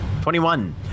21